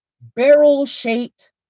barrel-shaped